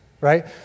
right